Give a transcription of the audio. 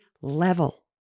level